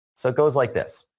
so, it goes like this.